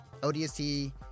ODST